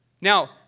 Now